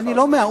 אני לא מהאו"ם.